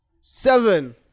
Seven